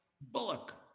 Bullock